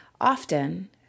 Often